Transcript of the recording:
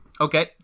okay